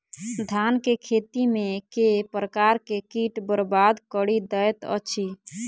धान केँ खेती मे केँ प्रकार केँ कीट बरबाद कड़ी दैत अछि?